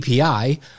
API